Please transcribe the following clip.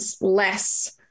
less